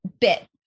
bit